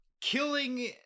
killing